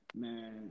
Man